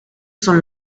son